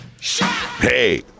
Hey